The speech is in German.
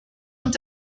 und